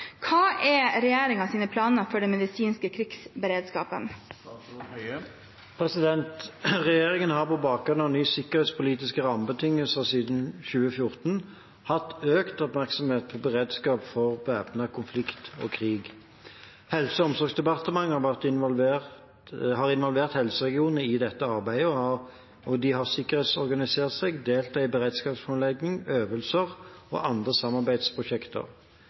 Hva er regjeringens planer for den medisinske krigsberedskapen?» Regjeringen har, på bakgrunn av nye sikkerhetspolitiske rammebetingelser siden 2014, hatt økt oppmerksomhet på beredskap for væpnet konflikt og krig. Helse- og omsorgsdepartementet har involvert helseregionene i dette arbeidet, og de har sikkerhetsorganisert seg og deltatt i beredskapsplanlegging, øvelser og andre samarbeidsprosjekter.